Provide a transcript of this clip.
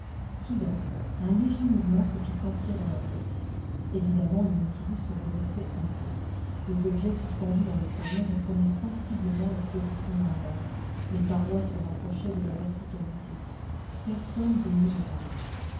soudain un léger mouvement se fit sentir dans la coque évidemment le nautilus se redressait un peu les objets suspendus dans le salon reprenaient sensiblement leur position normale les parois se rapprochaient de la verticalité personne de nous ne parlait